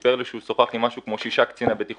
אמר לי ששוחח עם משהו כמו ששה קציני בטיחות